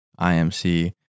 IMC